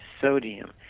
sodium